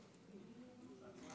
תודה